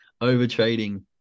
overtrading